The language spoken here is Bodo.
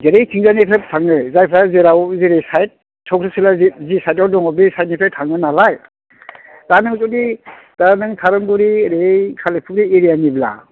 जेरैथिंजायनिफ्राय थाङो जायफ्रा जेराव जेरै साइथ चख्रसिला जे जे साइथाव दङ बे साइथनिफ्राय थाङो नालाय दा नों जुदि दा नों थारंगुरि ओरै खालिफुरि एरियानिब्ला